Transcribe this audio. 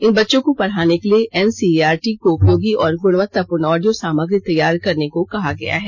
इन बच्चों को पढ़ाने के लिए एनसीइआरटी को उपयोगी और गुणवत्तापूर्ण ऑडियो सामग्री तैयार करने को कहा गया है